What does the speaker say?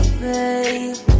babe